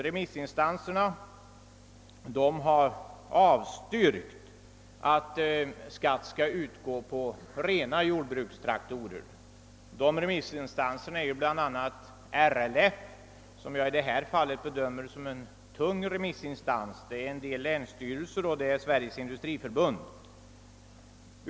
Remissinstanserna har avstyrkt förslaget om att skatt skall utgå på rena jordbrukstraktorer. Bland dessa remissinstanser kan nämnas RLF, som jag i detta fall bedömer som en tung remissinstans, en del länsstyrelser och Sveriges industriförbund.